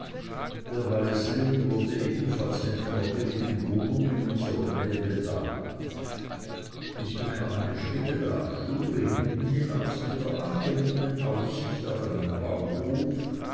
der waisling wurde ebenfalls mit einer billigen wohnung in unsrer nähe bedacht ich bekam eine stille dachstube hinten hinaus mit der angenehmen aussicht auf einen bauhof